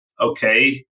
okay